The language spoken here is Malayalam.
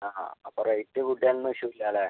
ആ അപ്പം റൈറ്റ് കൂട്ടുകാരാന്ന് വിശ്വസിക്കാമല്ലേ